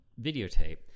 videotape